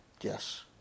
Yes